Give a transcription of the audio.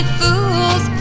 fools